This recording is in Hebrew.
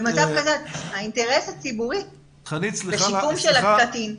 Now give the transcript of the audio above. במצב כזה האינטרס הציבורי זה שיקום של הקטין --- חנית,